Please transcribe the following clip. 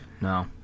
No